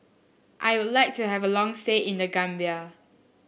I would like to have a long stay in The Gambia